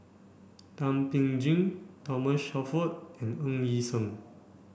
Thum Ping Tjin Thomas Shelford and Ng Yi Sheng